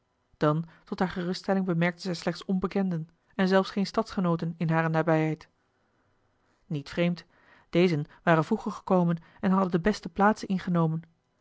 dan tot hare geruststelling bemerkte zij slechts onbekenden en zelfs geen stadgenooten in hare nabijheid niet vreemd dezen waren vroeger gekomen en hadden de beste plaatsen ingenomen